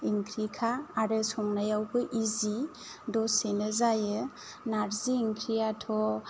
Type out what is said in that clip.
ओंख्रिखा आरो संनायावबो इजि दसेनो जायो नारजि ओंख्रियाथ'